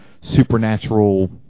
supernatural